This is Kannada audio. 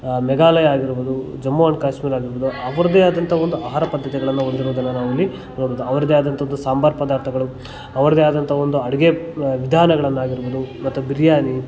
ಮೇಘಾಲಯ ಆಗಿರ್ಬೋದು ಜಮ್ಮು ಆ್ಯಂಡ್ ಕಾಶ್ಮೀರ ಆಗಿರ್ಬೋದು ಅವರ್ದೆ ಆದಂಥ ಒಂದು ಆಹಾರ ಪದ್ಧತಿಗಳನ್ನು ಹೊಂದಿರುವುದನ್ನ ನಾವಿಲ್ಲಿ ನೋಡ್ಬೊದು ಅವರದ್ದೆ ಆದಂಥದ್ದು ಸಾಂಬಾರು ಪದಾರ್ಥಗಳು ಅವರದ್ದೆ ಆದಂಥ ಒಂದು ಅಡುಗೆ ವಿಧಾನಗಳನ್ನಾಗಿರ್ಬೊದು ಮತ್ತು ಬಿರಿಯಾನಿ